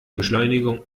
beschleunigung